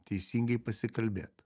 teisingai pasikalbėt